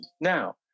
Now